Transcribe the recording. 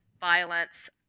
violence